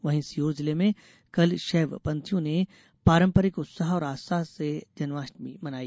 वहीं सीहोर जिले में कल शैव पंथियों ने पारम्परिक उत्साह और आस्था से जन्माष्टमी मनाई